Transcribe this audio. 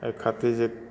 एहि खातिर जे